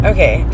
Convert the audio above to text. Okay